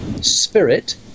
spirit